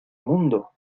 mundo